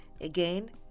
Again